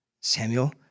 Samuel